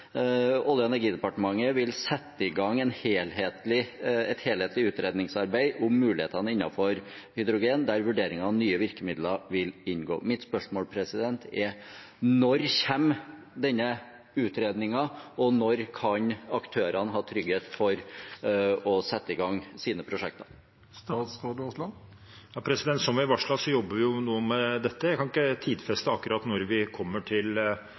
Olje- og energidepartementet vil sette i gang et helhetlig utredningsarbeid om mulighetene innen hydrogen, der vurdering av nye virkemidler vil inngå. Mitt spørsmål er: Når kommer denne utredningen, og når kan aktørene ha trygghet for å sette i gang sine prosjekter? Som vi varslet, jobber vi nå med dette. Jeg kan ikke tidfeste akkurat når vi kommer til